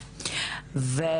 החברתי.